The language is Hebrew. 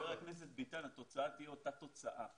חבר הכנסת ביטן, התוצאה תהיה אותה תוצאה.